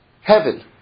heaven